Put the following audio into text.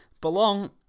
Belong